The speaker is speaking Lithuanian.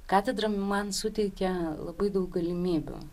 katedra man suteikė labai daug galimybių